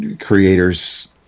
creators